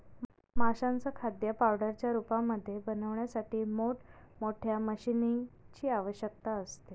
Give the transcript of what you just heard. माशांचं खाद्य पावडरच्या रूपामध्ये बनवण्यासाठी मोठ मोठ्या मशीनीं ची आवश्यकता असते